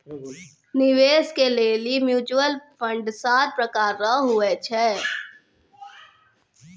निवेश के लेली म्यूचुअल फंड सात प्रकार रो हुवै छै